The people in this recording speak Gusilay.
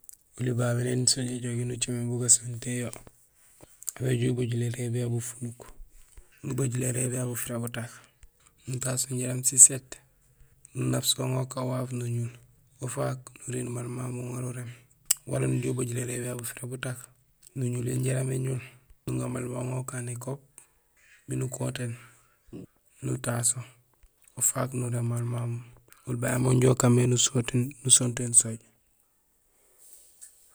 Oli babé néni sooj éjogi nucaméén gasontéén yo, aw béjoow ubajul érééb yara bufunuk, nubajul érééb yara bufira butak, nutaas kun jaraam siséét, nunaap so uŋa ukaan waaf nuñul ufaak nuriinde maal mamu uŋaar uréém. Wala nujoow ubajul érééb yara bufira butak, nuñul yo jaraam éñul, nuŋa maal mamu ukaan nékop miin ukotéén, nutaso, ufaak nuréém maal mamu. Oli babé mo injo ukaan mé nusontéén sooj.